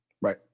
Right